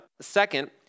Second